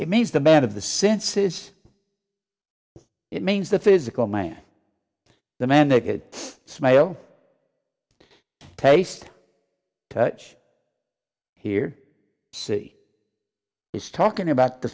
it means the man of the senses it means the physical man the man they could smell taste touch hear see is talking about the